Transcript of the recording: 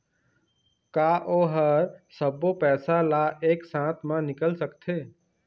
का ओ हर सब्बो पैसा ला एक साथ म निकल सकथे?